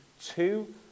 two